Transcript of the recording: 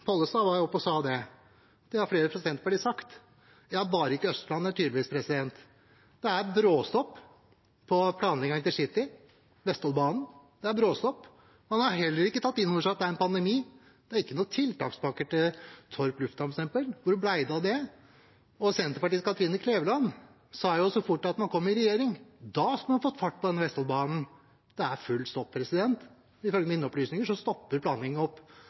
Pollestad var oppe og sa det, og det har flere fra Senterpartiet sagt. Ja, bare ikke Østlandet, tydeligvis. Det er bråstopp i planleggingen av InterCity Vestfoldbanen – det er bråstopp. Man har heller ikke tatt inn over seg at det er en pandemi; det er f.eks. ingen tiltakspakker til Torp lufthavn. Hvor ble det av det? Senterpartiets Kathrine Kleveland sa jo at så fort man kom i regjering, skulle man få fart på Vestfoldbanen. Det er full stopp. Ifølge mine opplysninger stopper planleggingen opp